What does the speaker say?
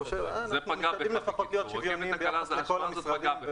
אנחנו מנסים להיות שוויוניים לכל המשרדים.